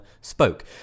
spoke